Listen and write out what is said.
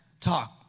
talk